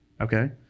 okay